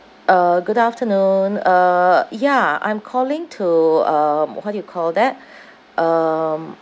uh good afternoon uh ya I'm calling to um what do you call that um